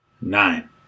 Nine